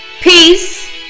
peace